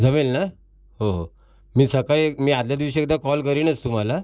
जमेल ना हो हो मी सकाळी मी आधल्या दिवशी एकदा कॉल करीनच तुम्हाला